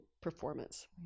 performance